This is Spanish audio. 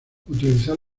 utilizar